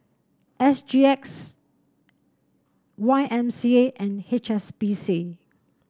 S G X Y M C A and H S B C